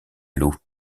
l’eau